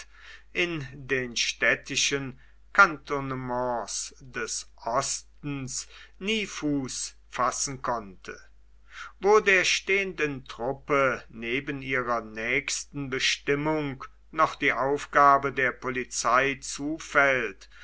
in den städtischen kantonnements des ostens nie fuß fassen konnte wo der stehenden truppe neben ihrer nächsten bestimmung noch die aufgabe der polizei zufällt